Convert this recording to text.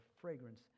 fragrance